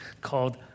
called